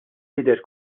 jidher